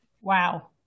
Wow